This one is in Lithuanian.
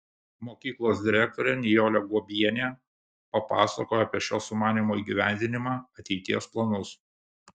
mokyklos direktorė nijolė guobienė papasakojo apie šio sumanymo įgyvendinimą ateities planus